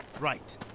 right